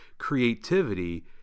creativity